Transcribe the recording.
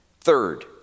Third